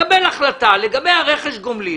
לקבל החלטה לגבי רכש הגומלין,